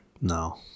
No